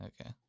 Okay